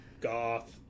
Goth